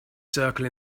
circle